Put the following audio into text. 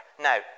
Now